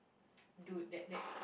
dude that that